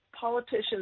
politicians